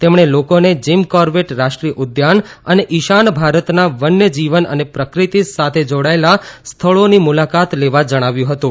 તેમણે લોકોને Jim Corbett રાષ્ટ્રીય ઉદ્યાન અને ઇશાન ભારતના વન્યજીવન અને પ્રકૃત્તિ સાથે જોડાયેલ સ્થળોની મુલાકાત લેવા જણાવ્યું હતું